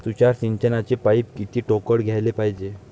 तुषार सिंचनाचे पाइप किती ठोकळ घ्याले पायजे?